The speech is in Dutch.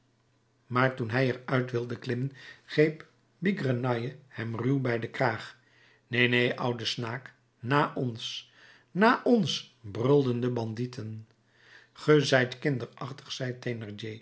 maar toen hij er uit wilde klimmen greep bigrenaille hem ruw bij den kraag neen neen oude snaak na ons na ons brulden de bandieten ge zijt kinderachtig zei